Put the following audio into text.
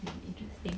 interesting